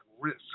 risk